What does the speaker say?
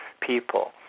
people